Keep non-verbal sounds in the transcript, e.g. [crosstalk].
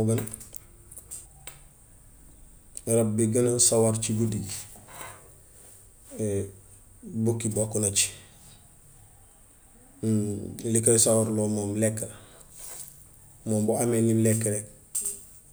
[unintelligible] rab bi gën a sawar ci guddi gi [hesitation] bukki bokk na ci [hesitation] li koy sawarloo moom lekk la. Moom bu amee lim lekk rekk